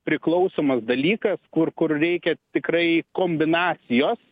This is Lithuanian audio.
priklausomas dalykas kur kur reikia tikrai kombinacijos